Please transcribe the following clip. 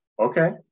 Okay